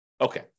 Okay